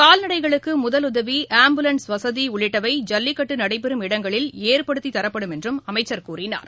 கால்நடைகளுக்கு முதலுதவி ஆப்புலன்ஸ் வசதி உள்ளிட்டவை ஜல்லிக்கட்டு நடைபெறும் இடங்களில் ஏற்படுத்தி தரப்படும் என்றும் அவர் கூறினார்